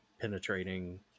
penetrating